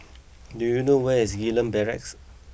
do you know where is Gillman Barracks